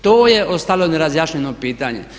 To je ostalo nerazjašnjeno pitanje.